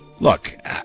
Look